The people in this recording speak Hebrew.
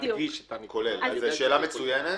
שאלה מצוינת.